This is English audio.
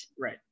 Right